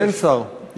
אין שר.